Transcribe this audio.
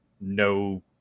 no